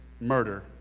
murder